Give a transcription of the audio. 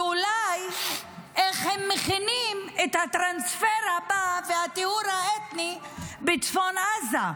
ואולי על איך הם מכינים את הטרנספר הבא והטיהור האתני בצפון עזה.